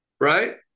right